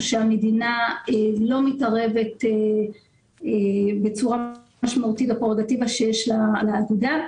שהמדינה לא מתערבת בצורה משמעותית בפרורוגטיבה שיש לאגודה.